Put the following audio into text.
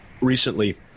recently